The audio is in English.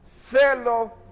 Fellow